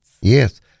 Yes